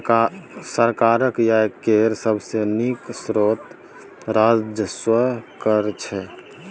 सरकारक आय केर सबसे नीक स्रोत राजस्व कर छै